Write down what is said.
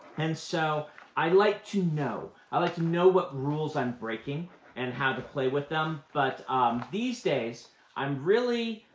and so i like to know. i like to know what rules i'm breaking and how to play with them. but these days i'm really